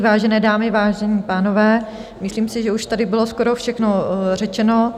Vážené dámy, vážení pánové, myslím si, že už tady bylo skoro všechno řečeno.